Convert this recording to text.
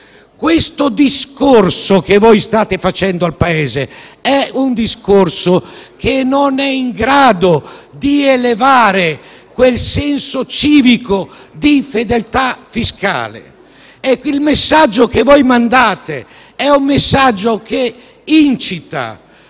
Il discorso che voi state facendo al Paese è un discorso che non è in grado di elevare quel senso civico di fedeltà fiscale e il messaggio che voi mandate è un messaggio che incita.